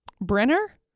Brenner